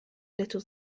little